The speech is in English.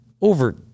Over